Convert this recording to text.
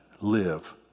live